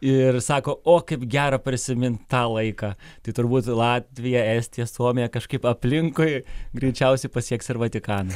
ir sako o kaip gera prisimint tą laiką tai turbūt latviją estiją suomiją kažkaip aplinkui greičiausiai pasieks ir vatikaną